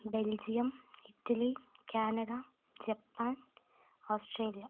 Belgium Italy Canada Japan Australia